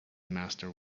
master